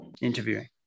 Interviewing